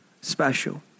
special